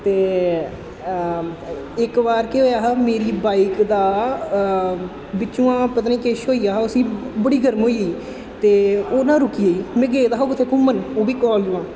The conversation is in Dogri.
ते इक बार केह् होएआ हा मेरी बाइक दा बिच्चुं दा पता निं किश होई गेआ हा उस्सी बड़ी गर्म होई गेई ते ओह् ना रुकी गेई में गेदा हा कुतै घूमन ओह् बी कालज थमां